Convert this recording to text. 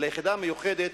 אלא היא יחידה מיוחדת,